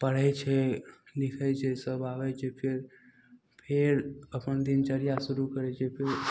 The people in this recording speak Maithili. पढ़य छै लिखय छै सब आबय छै फेर फेर अपन दिनचर्या शुरू करय छै कोइ